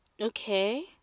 okay